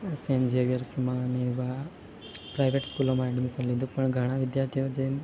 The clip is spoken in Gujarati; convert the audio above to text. સેંટ ઝેવિયર્સમાં ને એવા પ્રાઇવેટ સ્કૂલોમાં એડમિશન લીધું પણ ઘણા વિદ્યાર્થીઓ જેમ